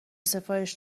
سفارش